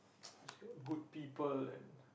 good people and